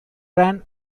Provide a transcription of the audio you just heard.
ran